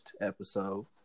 episode